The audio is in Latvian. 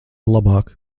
labāk